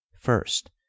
First